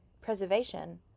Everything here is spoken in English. Preservation